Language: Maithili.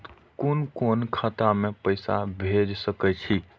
कुन कोण खाता में पैसा भेज सके छी?